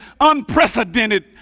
unprecedented